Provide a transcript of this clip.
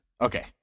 Okay